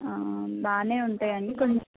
బాగానే ఉంటాయి అండి కొంచం